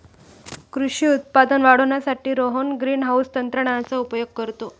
कृषी उत्पादन वाढवण्यासाठी रोहन ग्रीनहाउस तंत्रज्ञानाचा उपयोग करतो